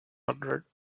hundred